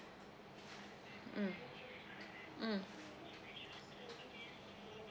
mm mm